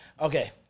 Okay